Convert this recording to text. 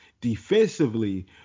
defensively